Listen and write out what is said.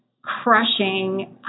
crushing